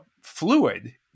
fluid